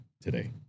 today